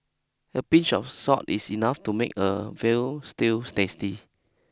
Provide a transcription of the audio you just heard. a pinch of salt is enough to make a veal stew tasty